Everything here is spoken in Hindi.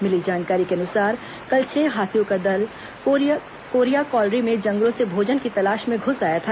मिली जानकारी के अनुसार कल छह हाथियों का दल कोरिया कॉलरी में जंगलों से भोजन की तलाश में घुस आया था